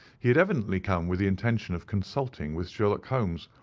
he had evidently come with the intention of consulting with sherlock holmes,